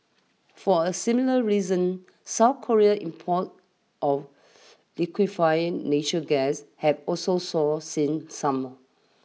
for a similar reasons South Korea's imports of liquefied nature gas have also soared since summer